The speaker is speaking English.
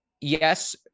yes